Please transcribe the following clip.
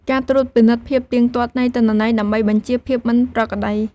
ការត្រួតពិនិត្យភាពទៀងទាត់នៃទិន្នន័យ ដើម្បីបញ្ចៀសភាពមិនប្រក្រតី។